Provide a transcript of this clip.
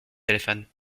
téléphone